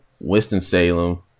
Winston-Salem